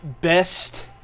best